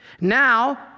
Now